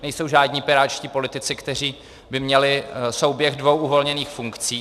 Nejsou žádní pirátští politici, kteří by měli souběh dvou uvolněných funkcí.